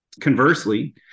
Conversely